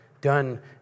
done